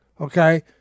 Okay